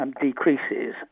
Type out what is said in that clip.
decreases